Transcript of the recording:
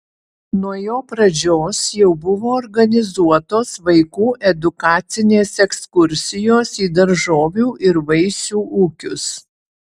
nuo jo pradžios jau buvo organizuotos vaikų edukacinės ekskursijos į daržovių ir vaisių ūkius